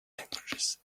languages